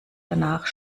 danach